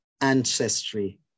ancestry